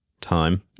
time